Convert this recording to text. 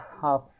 half